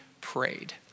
prayed